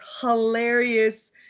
hilarious